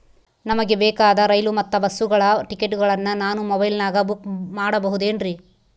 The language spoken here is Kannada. ನಮಗೆ ಬೇಕಾದ ರೈಲು ಮತ್ತ ಬಸ್ಸುಗಳ ಟಿಕೆಟುಗಳನ್ನ ನಾನು ಮೊಬೈಲಿನಾಗ ಬುಕ್ ಮಾಡಬಹುದೇನ್ರಿ?